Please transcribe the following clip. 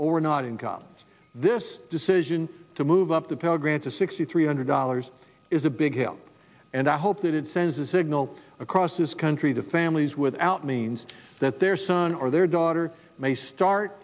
or not into this decision to move the pell grants a sixty three hundred dollars is a big deal and i hope that it sends a signal across this country to families without means that their son or their daughter may start